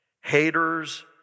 haters